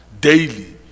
daily